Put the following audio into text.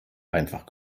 einfach